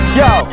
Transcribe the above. yo